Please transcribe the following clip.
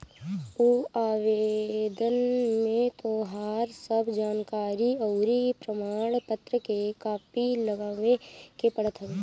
उ आवेदन में तोहार सब जानकरी अउरी प्रमाण पत्र के कॉपी लगावे के पड़त हवे